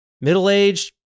middle-aged